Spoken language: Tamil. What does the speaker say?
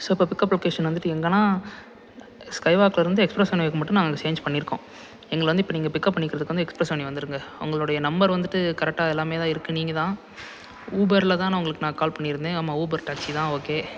ஸோ இப்போ பிக்கப் லொகேஷன் வந்துட்டு எங்கேனா ஸ்கைவாக்லேருந்து எக்ஸ்பிரஸ் அவென்யூக்கு மட்டும் நாங்கள் சேஞ்ச் பண்ணியிருக்கோம் எங்களை வந்து இப்போ நீங்கள் பிக்கப் பண்ணிக்கிறதுக்கு வந்து எக்ஸ்பிரஸ் அவென்யு வந்துடுங்க உங்களோடைய நம்பர் வந்துட்டு கரெக்டாக எல்லாமேதான் இருக்குது நீங்கள்தான் ஊபரில்தான் நான் உங்களுக்கு நான் கால் பண்ணியிருத்தேன் ஆமாம் ஊபர் டாக்ஸி தான் ஓகே